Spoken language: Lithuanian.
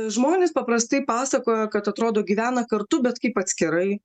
žmonės paprastai pasakoja kad atrodo gyvena kartu bet kaip atskirai